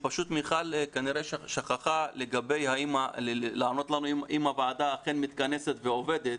פשוט מיכל כנראה שכחה לענות לנו האם הוועדה מתכנסת ועובדת.